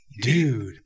Dude